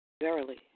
Verily